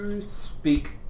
speak